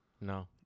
No